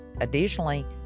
additionally